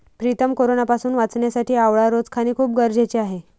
प्रीतम कोरोनापासून वाचण्यासाठी आवळा रोज खाणे खूप गरजेचे आहे